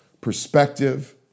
Perspective